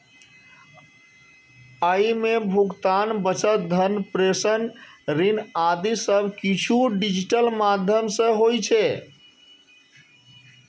अय मे भुगतान, बचत, धन प्रेषण, ऋण आदि सब किछु डिजिटल माध्यम सं होइ छै